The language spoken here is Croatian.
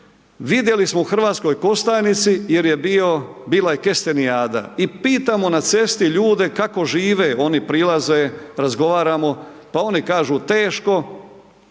vidjeli smo u Hrvatskoj Kostajnici jer je bio, bila je kestenijada i pitamo na cesti ljude kako žive, oni prilaze, razgovaramo, pa oni kažu teško,